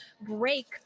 break